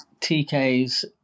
TK's